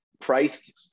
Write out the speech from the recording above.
priced